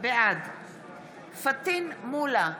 בעד פטין מולא,